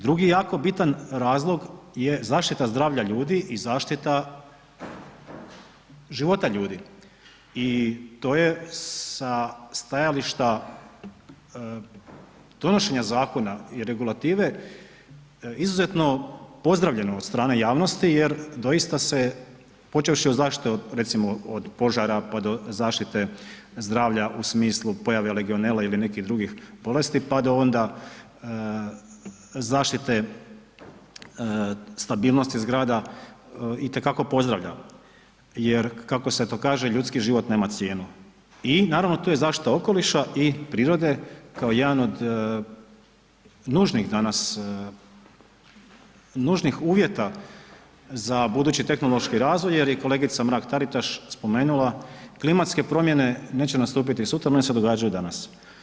Drugi jako bitan razlog je zaštita zdravlja ljudi i zaštita života ljudi i to je sa stajališta donošenja zakona i regulative izuzetno pozdravljeno od strane javnosti jer doista se počevši od zaštite od, recimo od požara, pa do zaštite zdravlja u smislu pojave legionele ili nekih drugih bolesti, pa do onda zaštite stabilnosti zgrada itekako pozdravlja jer kako se to kaže ljudski život nema cijenu i naravno tu je zaštita okoliša i prirode kao jedan od nužnih danas, nužnih uvjeta za budući tehnološki razvoj jer je i kolegica Mrak-Taritaš spomenula klimatske promjene neće nastupiti sutra one se događaju danas.